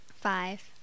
Five